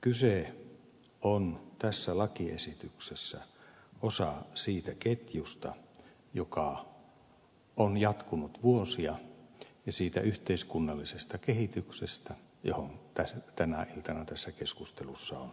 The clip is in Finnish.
kyseessä on tässä lakiesityksessä osa siitä ketjusta joka on jatkunut vuosia ja siitä yhteiskunnallisesta kehityksestä johon tänä iltana tässä keskustelussa on viitattu